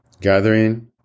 gathering